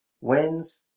wins